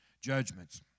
judgments